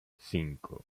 cinco